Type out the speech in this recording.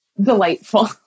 delightful